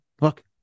look